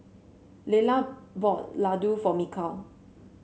Lelah bought Laddu for Mikal